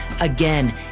Again